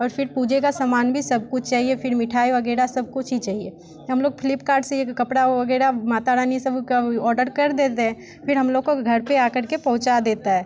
और फिर पूजे का सामान भी सब कुछ चाहिए फिर मिठाई वगैरह सब कुछ ही चहिए हम लोग फ्लिपकार्ट से एक कपड़ा वगैरह माता रानी सब का ऑर्डर कर देते हैं फिर हम लोग को घर पे आ करके पहुँचा देता है